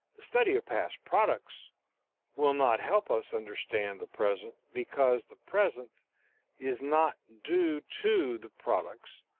the study of past products will not help us understand the present, because the present is not due to the products,